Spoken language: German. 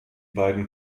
beiden